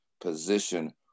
position